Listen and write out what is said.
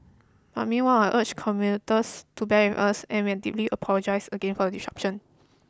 but meanwhile I urge commuters to bear with us and we are deeply apologise again for the disruption